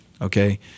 okay